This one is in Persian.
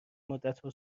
مدتها